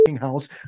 house